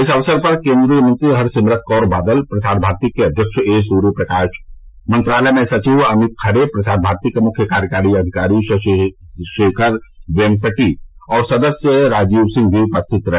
इस अवसर पर केन्द्रीय मंत्री हरसिमरत कौर बादल प्रसार भारती के अध्यक्ष ए सुर्यप्रकाश मंत्रालय में सचिव अमित खरे प्रसार भारती के मुख्य कार्यकारी अधिकारी शशि शेखर वेम्पटि और सदस्य राजीव सिंह भी उपस्थित रहे